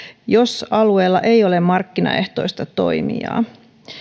jos alueella ei ole markkinaehtoista toimijaa